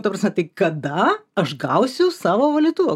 ta prasme tai kada aš gausiu savo valytuvą